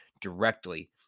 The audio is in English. directly